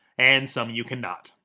and some, you cannot.